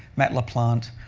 matt laplante,